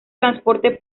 transporte